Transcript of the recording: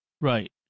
Right